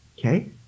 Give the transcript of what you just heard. Okay